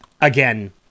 Again